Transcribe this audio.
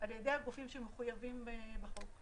על ידי הגופים שמחויבים בחוק.